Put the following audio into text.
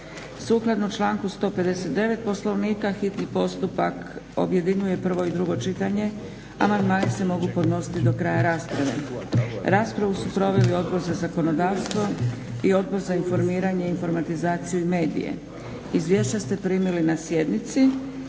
Sukladno članku 159. Poslovnika hitni postupak objedinjuje prvo i drugo čitanje. Amandmani se mogu podnositi do kraja rasprave. Raspravu su proveli Odbor za zakonodavstvo i Odbor za informiranje, informatizaciju i medije. Izvješća ste primili na sjednici.